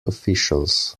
officials